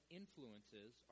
influences